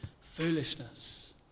foolishness